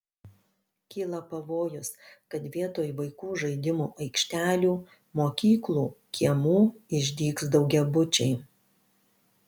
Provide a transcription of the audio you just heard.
kyla pavojus kad vietoj vaikų žaidimų aikštelių mokyklų kiemų išdygs daugiabučiai